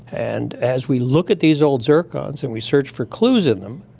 and as we look at these old zircons and we search for clues in them,